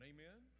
Amen